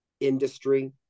industry